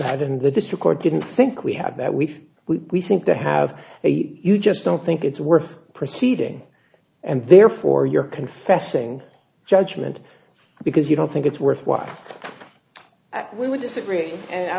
that and the district court didn't think we have that we've we think to have you just don't think it's worth proceeding and therefore you're confessing judgment because you don't think it's worthwhile that we would disagree and i